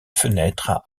fenêtres